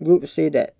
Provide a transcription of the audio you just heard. groups say that